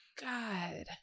god